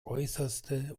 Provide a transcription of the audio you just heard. äußerste